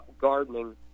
gardening